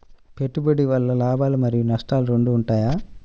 పెట్టుబడి వల్ల లాభాలు మరియు నష్టాలు రెండు ఉంటాయా?